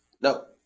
No